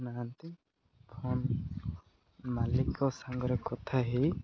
ନାହାନ୍ତି ଫୋନ୍ ମାଲିକ ସାଙ୍ଗରେ କଥା ହେଇ